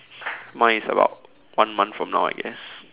mine is about one month from now I guess